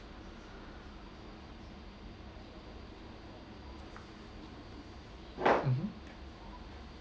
mmhmm